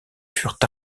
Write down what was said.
furent